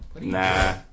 Nah